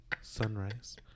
Sunrise